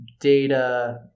data